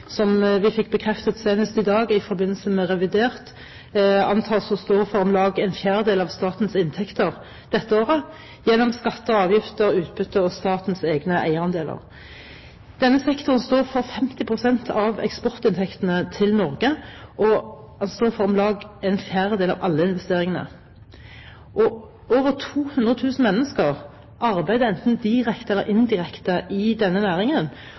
som – som vi fikk bekreftet senest i dag i forbindelse med revidert – antas å stå for om lag en fjerdedel av statens inntekter dette året gjennom skatter, avgifter, utbytte og statens egne eierandeler. Denne sektoren står for 50 pst. av eksportinntektene til Norge, og den står for om lag en fjerdedel av alle investeringene. Over 200 000 mennesker arbeider enten direkte eller indirekte i denne næringen,